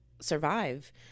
survive